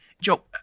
Joe